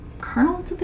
colonel